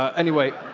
ah anyway,